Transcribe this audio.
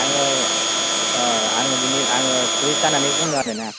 आङो आङो बिनि टुरिस्ट जानानै बुंदों आरोना